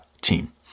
team